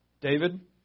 David